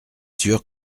sûr